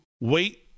wait